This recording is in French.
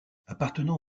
appartenant